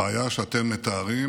הבעיה שאתם מתארים